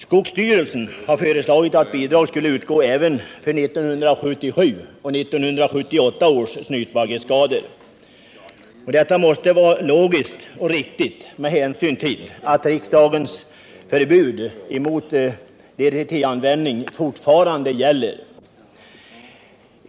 Skogsstyrelsen har föreslagit att bidrag skulle utgå även för 1977 och 1978 års snytbaggeskador. Detta måste vara logiskt och riktigt med hänsyn till att riksdagens förbud mot DDT-användning fortfarande gäller.